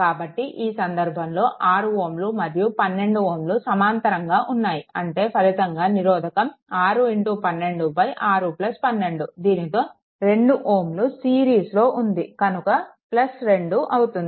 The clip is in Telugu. కాబట్టి ఈ సందర్భంలో 6 Ω మరియు 12 Ω సమాంతరంగా ఉన్నాయి అంటే ఫలితంగా నిరోధకం 612612 దీనితో 2Ω సిరీస్లో ఉంది కనుక 2 అవుతుంది